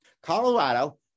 Colorado